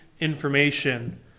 information